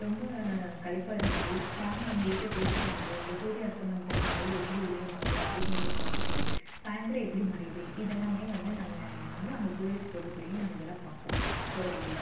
ரொம்ப களைப்பாக இருந்தாலும் நாங்கள் எங்கக்கிட்ட பேசிட்டு வந்தது இந்த சூரிய அஸ்தமனத்தை காலைல எப்படி உதயமாகுது அப்படிங்கிறத பார்த்துட்டு சாயந்தரம் எப்படி மறையுது இதெல்லாமே வந்து நாங்கள் வந்து அங்கே கோயிலுக்கு போகிறதுக்குள்ளையே நாங்கள் இதெல்லாம் பார்ப்போம் போகிற வழியில